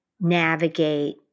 navigate